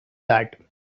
that